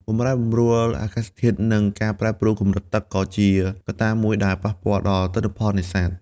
បម្រែបម្រួលអាកាសធាតុ និងការប្រែប្រួលកម្រិតទឹកក៏ជាកត្តាមួយដែលប៉ះពាល់ដល់ទិន្នផលនេសាទ។